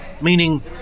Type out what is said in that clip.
meaning